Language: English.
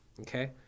okay